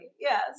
Yes